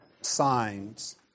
signs